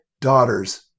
daughters